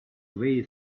way